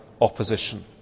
opposition